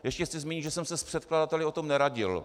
Ještě chci zmínit, že jsem se s předkladateli o tom neradil.